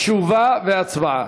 תשובה והצבעה.